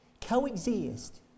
coexist